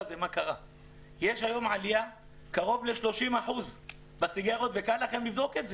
יש היום עלייה של קרוב ל-30% במכירת סיגריות וקל לכם לבדוק את זה.